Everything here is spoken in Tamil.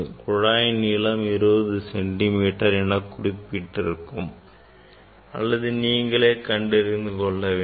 குழாயின் நீளம் 20 சென்டி மீட்டர் என குறிப்பிடப்பட்டிருக்கும் அல்லது நீங்களே கண்டறிந்து கொள்ள வேண்டும்